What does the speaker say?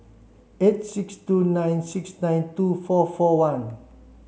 eight six two nine six nine two four four one